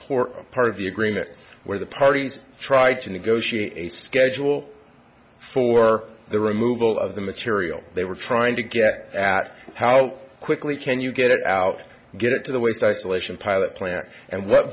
for part of the agreement where the parties try to negotiate a schedule for the removal of the material they were trying to get at how quickly can you get it out get it to the waste isolation pilot plant and what